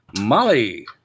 Molly